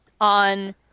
on